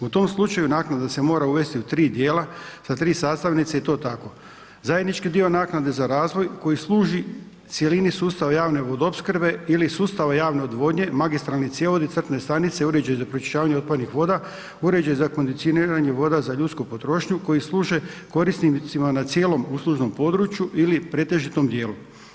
U tom slučaju naknada se mora uvesti u 3 dijela sa 3 sastavnice i to tako, zajednički dio naknade za razvoj koji služi cjelini sustava javne vodoopskrbe ili sustava javne odvodnje, magistralni cjevovodi, crpne stanice i uređaji za pročišćavanje otpadnih voda, uređaj za kondicioniranje voda za ljudsku potrošnju koji služe korisnicima na cijelom uslužnom području ili pretežitom dijelu.